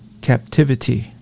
captivity